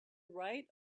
right